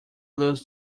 lose